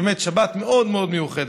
באמת, שבת מאוד מאוד מיוחדת.